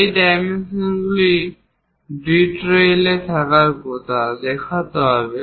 এই ডাইমেনশনগুলো ডিটেইলে থাকার কথা দেখাতে হবে